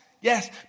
Yes